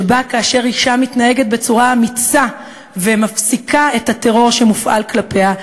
שבה כאשר אישה מתנהגת בצורה אמיצה ומפסיקה את הטרור שמופעל כלפיה,